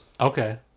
Okay